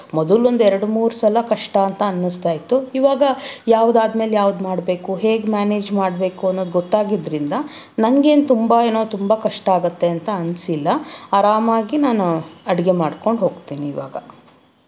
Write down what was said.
ಮೊದಲು ಒಂದು ಎರಡು ಮೂರು ಸಲ ಕಷ್ಟ ಅಂತ ಅನ್ನಿಸ್ತಾ ಇತ್ತು ಈವಾಗ ಯಾವ್ದಾದ್ಮೇಲೆ ಯಾವ್ದು ಮಾಡಬೇಕು ಹೇಗೆ ಮ್ಯಾನೇಜ್ ಮಾಡಬೇಕು ಅನ್ನೋದು ಗೊತ್ತಾಗಿದ್ರಿಂದ ನಂಗೇನೂ ತುಂಬ ಏನೋ ತುಂಬ ಕಷ್ಟ ಆಗತ್ತೆ ಅಂತ ಅನಿಸಿಲ್ಲ ಆರಾಮಾಗಿ ನಾನು ಅಡುಗೆ ಮಾಡ್ಕೊಂಡು ಹೋಗ್ತೀನಿ ಈವಾಗ